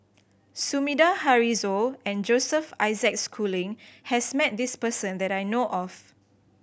Sumida Haruzo and Joseph Isaac Schooling has met this person that I know of